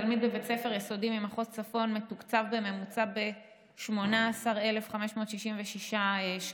תלמיד בבית ספר יסודי ממחוז צפון מתוקצב בממוצע ב-18,566 שקלים,